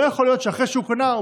לא יכול להיות שאחרי שהוא קנה הוא